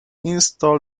install